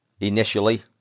initially